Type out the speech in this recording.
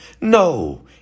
No